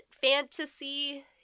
fantasy